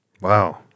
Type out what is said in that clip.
Wow